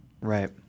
Right